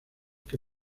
que